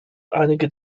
einige